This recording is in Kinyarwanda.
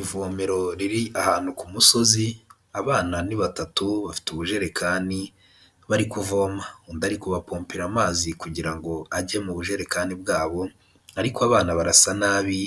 Ivomero riri ahantu ku musozi. Abana ni batatu bafite ubujerekani, bari kuvoma undi ariko kuba bapompera amazi kugira ngo ajye mu bujerekani bwabo, ariko abana barasa nabi,